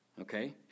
okay